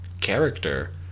character